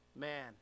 Man